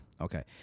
Okay